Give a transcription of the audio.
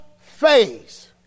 face